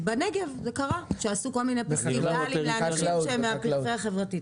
בנגב זה קרה שעשו כל מיני פסטיבלים לאנשים שהם מהפריפריה החברתית.